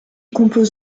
compose